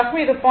இது 0